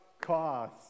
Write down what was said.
cost